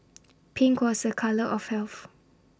pink was A colour of health